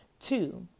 Two